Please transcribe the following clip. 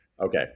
Okay